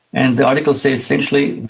and the articles say essentially